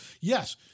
Yes